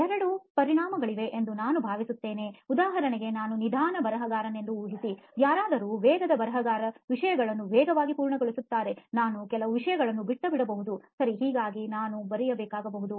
ಎರಡು ಪರಿಣಾಮಗಳಿವೆ ಎಂದು ನಾನು ಭಾವಿಸುತ್ತೇನೆ ಉದಾಹರಣೆಗೆ ನಾನು ನಿಧಾನ ಬರಹಗಾರನೆಂದು ಊಹಿಸಿ ಯಾರಾದರೂ ವೇಗದ ಬರಹಗಾರ ವಿಷಯಗಳನ್ನು ವೇಗವಾಗಿ ಪೂರ್ಣಗೊಳಿಸುತ್ತಾನೆ ನಾನು ಕೆಲವು ವಿಷಯಗಳನ್ನು ಬಿಟ್ಟುಬಿಡಬಹುದು ಸರಿ ಹಾಗಾಗಿ ನಾನು ಬರೆಯಬೇಕಾಗಬಹುದು